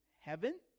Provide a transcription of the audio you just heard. heaven